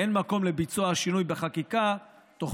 ואין מקום לביצוע השינוי בחקיקה תוך